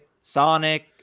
Sonic